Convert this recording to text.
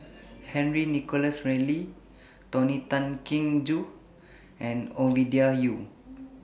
Henry Nicholas Ridley Tony Tan Keng Joo and Ovidia Yu